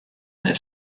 their